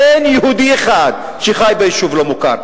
אין יהודי אחד שחי ביישוב לא-מוכר.